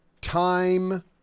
time